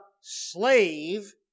slave